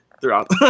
throughout